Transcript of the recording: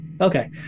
Okay